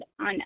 on